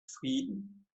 frieden